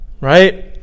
Right